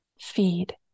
Feed